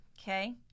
Okay